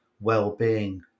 well-being